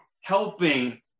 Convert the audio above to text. helping